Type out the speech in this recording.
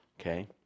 okay